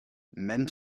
même